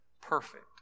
perfect